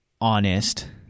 honest